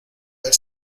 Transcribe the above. ver